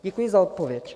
Děkuji za odpověď.